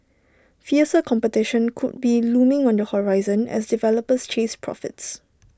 fiercer competition could be looming on the horizon as developers chase profits